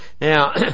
Now